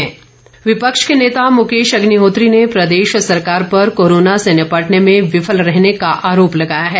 मुकेश अग्निहोत्री विपक्ष के नेता मुकेश अग्निहोत्री ने प्रदेश सरकार पर कोरोना से निपटने में विफल रहने का अरोप लगाया है